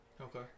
Okay